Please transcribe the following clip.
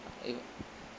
I even